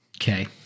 Okay